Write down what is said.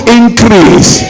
increase